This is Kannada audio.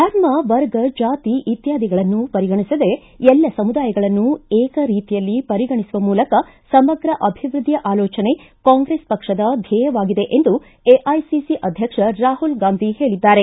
ಧರ್ಮ ವರ್ಗ ಜಾತಿ ಇತ್ಯಾದಿಗಳನ್ನು ಪರಿಗಣಿಸದೇ ಎಲ್ಲ ಸಮುದಾಯಗಳನ್ನು ಏಕರೀತಿಯಲ್ಲಿ ಪರಿಗಣಿಸುವ ಮೂಲಕ ಸಮಗ್ರ ಅಭಿವೃದ್ಧಿಯ ಆಲೋಚನೆ ಕಾಂಗ್ರೆಸ್ ಪಕ್ಷದ ಧ್ಯೇಯವಾಗಿದೆ ಎಂದು ಎಐಸಿಸಿ ಅಧ್ಯಕ್ಷ ರಾಹುಲ್ ಗಾಂಧಿ ಹೇಳಿದ್ದಾರೆ